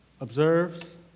observes